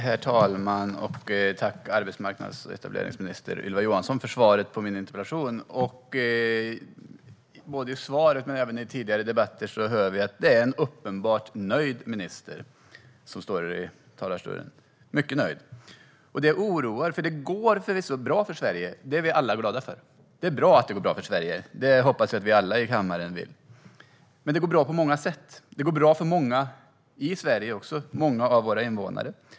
Herr talman! Jag tackar arbetsmarknads och etableringsminister Ylva Johansson för svaret på min interpellation. I svaret hör vi en uppenbart nöjd minister stå i talarstolen, och det har vi gjort även i tidigare debatter. Hon är mycket nöjd. Det oroar. Det går förvisso bra för Sverige, och det är vi alla glada för. Det är bra att det går bra för Sverige; det hoppas jag att alla i kammaren tycker. Men det går bra på många sätt. Det går bra för många av våra invånare i Sverige också.